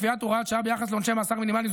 קביעת הוראת שעה ביחס לעונשי מאסר מינימליים,